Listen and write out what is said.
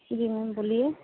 जी ma'am बोलिए